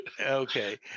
Okay